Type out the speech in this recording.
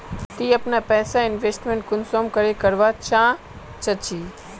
ती अपना पैसा इन्वेस्टमेंट कुंसम करे करवा चाँ चची?